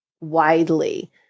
widely